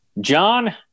John